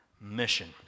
mission